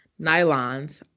nylons